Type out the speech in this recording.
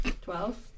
Twelve